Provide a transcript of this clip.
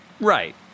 Right